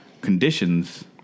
conditions